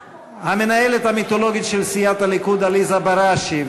המנהלת המיתולוגית של סיעת הליכוד עליזה בראשי,